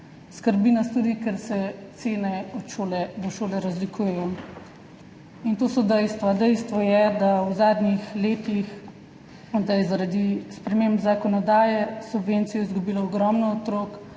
Skrbi nas tudi, ker se cene od šole do šole razlikujejo. In to so dejstva. Dejstvo je, da je v zadnjih letih zaradi sprememb zakonodaje subvencijo izgubilo ogromno otrok.